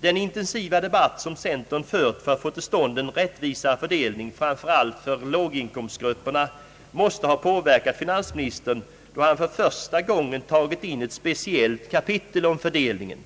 Den intensiva debatt, som centern fört för att få till stånd en rättvisare fördelning framför allt för låginkomstgrupperna, måste ha påverkat finansministern, eftersom han för första gången tagit in ett speciellt kapitel om fördelningen.